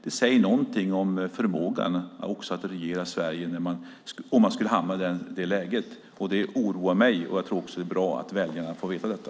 Det säger någonting om förmågan att regera Sverige om man skulle hamna i det läget. Det oroar mig, och jag tror att det är bra att väljarna får veta detta.